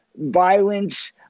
violence